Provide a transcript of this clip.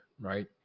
right